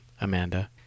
amanda